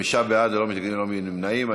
חמישה בעד, ללא מתנגדים, ללא נמנעים.